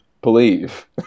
believe